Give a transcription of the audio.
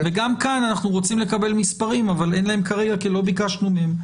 וגם כאן אנחנו רוצים לקבל מספרים אבל אין להם כרגע כי לא ביקשנו מהם.